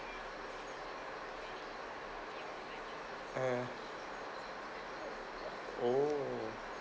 mm oh